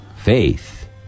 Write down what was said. faith